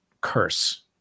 curse